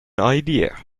idea